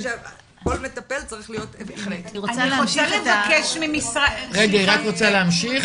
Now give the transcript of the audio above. אני רוצה להמשיך